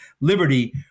liberty